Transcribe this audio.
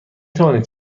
توانید